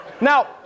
Now